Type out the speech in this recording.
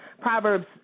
Proverbs